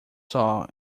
saw